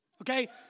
Okay